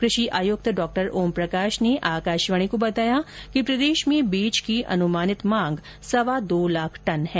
कृषि आयक्त डॉ ओम प्रकाश ने आकाशवाणी को बताया कि प्रदेश में बीज की अनुमानित मांग सवा दो लाख टन है